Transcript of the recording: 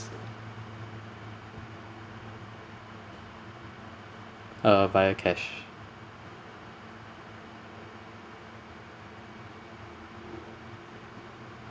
uh via cash